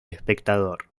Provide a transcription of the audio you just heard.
espectador